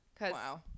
Wow